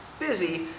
busy